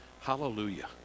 Hallelujah